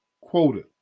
quoted